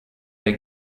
der